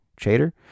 Chater